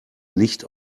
nicht